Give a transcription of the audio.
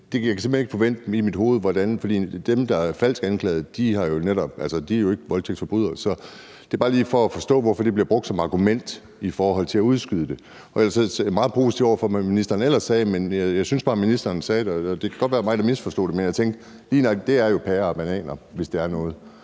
Jeg kan simpelt hen ikke få ind i mit hoved, hvordan det hænger sammen. For dem, der er falsk anklaget, er jo ikke voldtægtsforbrydere. Det er bare lige for at forstå, hvorfor det bliver brugt som argument i forhold til at udskyde det. Jeg er meget positiv over for, hvad ministeren ellers sagde. Det kan godt være mig, der misforstod det, men jeg tænkte, at lige nøjagtig det er jo pærer og bananer, hvis det er noget.